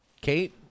Kate